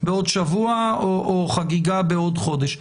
בעוד שבוע או חגיגה בעוד חודש.